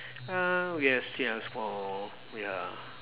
uh yes yes oh ya